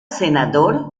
senador